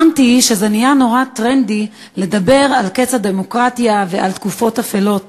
הבנתי שזה נהיה נורא טרנדי לדבר על קץ הדמוקרטיה ועל תקופות אפלות,